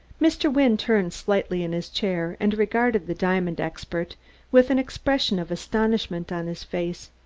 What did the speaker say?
mr. wynne turned slightly in his chair and regarded the diamond expert with an expression of astonishment on his face.